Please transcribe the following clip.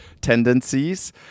tendencies